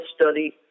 Study